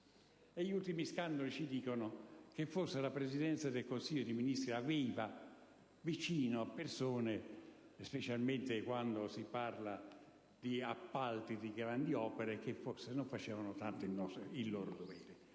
Gli ultimi scandali ci dicono che, forse, la Presidenza del Consiglio dei Ministri aveva vicino persone, specialmente quando si parla di appalti di grandi opere, che forse non facevano tanto il loro dovere.